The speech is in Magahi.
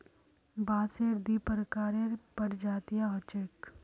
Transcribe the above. बांसेर दी प्रकारेर प्रजातियां ह छेक